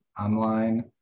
online